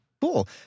Cool